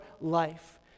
life